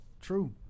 true